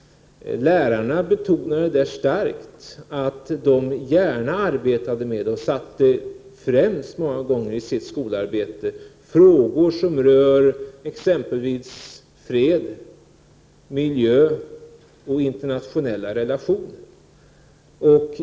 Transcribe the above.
Lärarna betonade där starkt att de gärna arbetar med, och också satte främst många gånger i sitt skolarbete, frågor som rör exempelvis fred, miljö och internationella relationer.